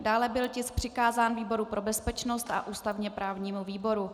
Dále byl tisk přikázán výboru pro bezpečnost a ústavněprávnímu výboru.